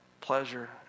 pleasure